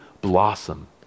blossom